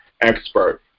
expert